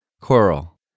Coral